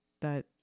That-